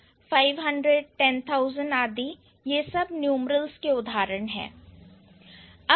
500 10000 आदि यह सब न्यूमरल्स के उदाहरण है